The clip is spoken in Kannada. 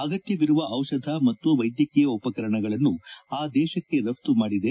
ಅಗತ್ಯವಿರುವ ಔಷಧ ಮತ್ತು ವೈದ್ಯಕೀಯ ಉಪಕರಣಗಳನ್ನು ಆ ದೇಶಕ್ಕೆ ರಫ್ತು ಮಾಡಿದೆ